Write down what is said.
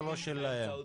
יש הבדלים בסעיפים.